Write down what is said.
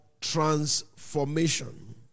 transformation